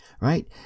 right